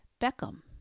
Beckham